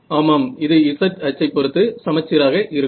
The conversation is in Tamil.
ஆமாம் இது z அச்சைப் பொருத்து சமச்சீராக இருக்கும்